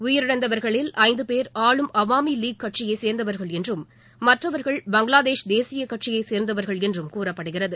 உயிரிழந்தவர்களில் ஐந்து பேர் ஆளும் அவாமி லீக் கட்சியைச் சேர்ந்தவர்கள் என்றும் மற்றவர்கள் பங்களாதேஷ் தேசியக் கட்சியைச் சேர்ந்தவர்கள் என்றும் கூறப்படுகிறது